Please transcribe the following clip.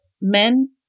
men